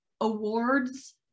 awards